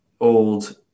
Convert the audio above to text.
old